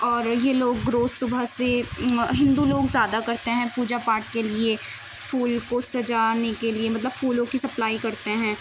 اور یہ لوگ روز صبح سے ہندو لوگ زیادہ کرتے ہیں پوجا پاٹھ کے لیے پھول کو سجانے کے لیے مطلب پھولوں کی سپلائی کرتے ہیں